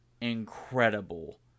incredible